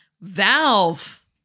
valve